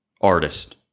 artist